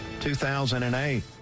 2008